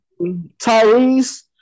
Tyrese